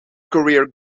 career